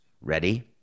Ready